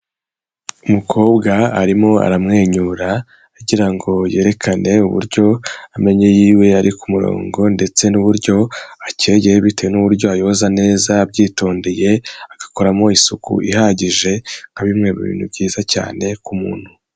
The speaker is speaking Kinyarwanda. Umukobwa arimo aramwenyura agira ngo yerekane uburyo amenyo yiwe ari ku murongo ndetse n'uburyo akeye bitewe n'uburyo ayoza neza abyitondeye, agakoramo isuku ihagije nka bimwe mu bintu byiza cyane ku muntu.